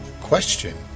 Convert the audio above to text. question